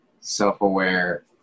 self-aware